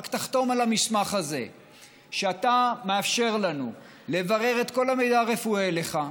רק תחתום על המסמך הזה שאתה מאפשר לנו לברר את כל המידע הרפואי עליך,